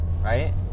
right